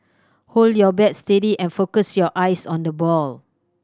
hold your bat steady and focus your eyes on the ball